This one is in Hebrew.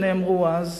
שנאמרו אז.